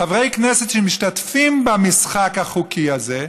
חברי כנסת שמשתתפים במשחק החוקי הזה,